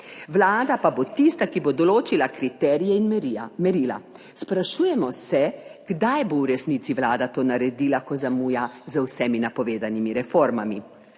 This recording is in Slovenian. Vlada pa bo tista, ki bo določila kriterije in merila, merila. Sprašujemo se, kdaj bo v resnici Vlada to naredila, ko zamuja z vsemi napovedanimi reformami?